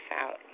out